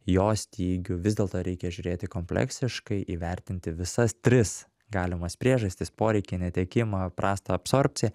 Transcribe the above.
jo stygių vis dėlto reikia žiūrėti kompleksiškai įvertinti visas tris galimas priežastis poreikį netekimą prastą absorbciją